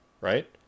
right